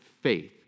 faith